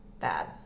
bad